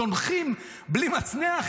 צונחים בלי מצנח,